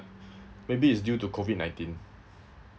maybe it's due to COVID nineteen